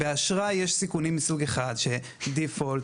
באשראי יש סיכונים מסוג אחד default,